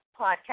podcast